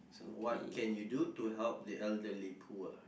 what can you do to help the elderly poor